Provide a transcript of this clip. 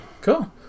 cool